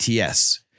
ATS